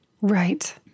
Right